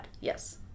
yes